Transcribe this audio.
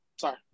Sorry